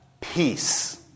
peace